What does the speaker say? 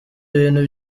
ibintu